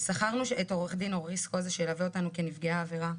שכרנו את עורך הדין אורי סקוזה שילווה אותנו כנפגעי עבירה,